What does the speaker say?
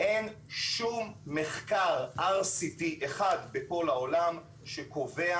אין שום מחקר RCT אחד בכל העולם שקובע